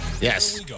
Yes